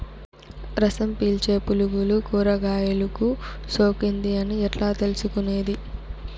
రసం పీల్చే పులుగులు కూరగాయలు కు సోకింది అని ఎట్లా తెలుసుకునేది?